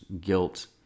guilt